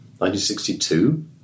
1962